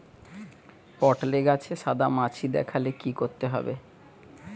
পটলে গাছে সাদা মাছি দেখালে কি করতে হবে?